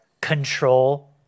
control